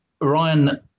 ryan